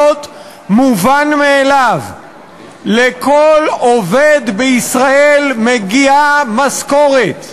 מובן מאליו לכל עובד בישראל מגיעה משכורת.